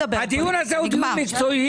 הדיון הזה הוא דיון מקצועי.